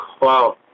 wow